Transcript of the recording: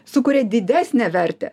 sukuria didesnę vertę